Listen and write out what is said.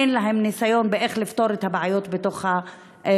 אין להן ניסיון איך לפתור את הבעיות בתוך הערים.